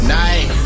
night